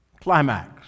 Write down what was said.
climax